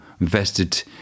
invested